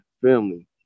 family